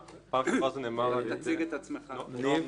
נעם נוימן,